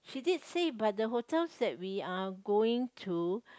she did say but the hotels that we are going to